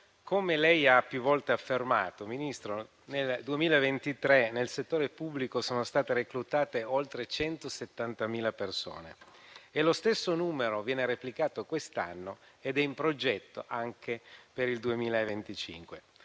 come lei ha più volte affermato, nel 2023 nel settore pubblico sono state reclutate oltre 170.000 persone, lo stesso numero viene replicato quest'anno ed è in progetto anche per il 2025.